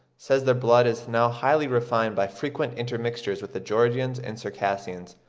says their blood is now highly refined by frequent intermixtures with the georgians and circassians,